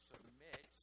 submit